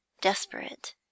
desperate